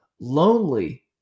Lonely